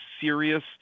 serious